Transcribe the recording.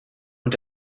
und